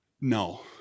No